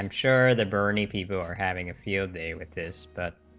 um sure the burning people are having a field day with this, but